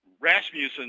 Rasmussen